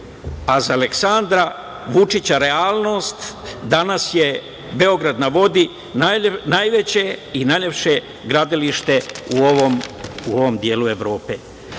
a za Aleksandra Vučića realnost. Danas je „Beograd na vodi“ najveće i najlepše gradilište u ovom delu Evrope. Tako